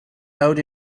out